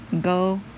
Go